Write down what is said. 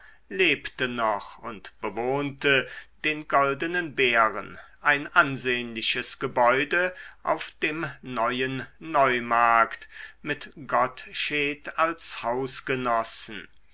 lebte noch und bewohnte den goldenen bären ein ansehnliches gebäude auf dem neuen neumarkt mit gottsched als